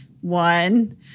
One